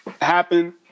happen